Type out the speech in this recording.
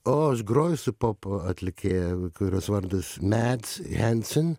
o aš groju su pop atlikėja kurios vardas matt hansen